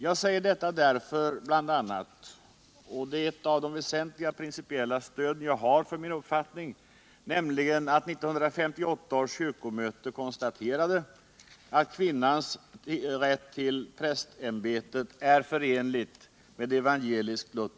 Jag säger detta bl.a. därför — och det är et av de väsenthiga prineipella stöd jag har för min uppfattning — att 1958 års kyrkomöte konstaterade att